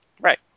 Right